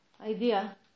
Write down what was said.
idea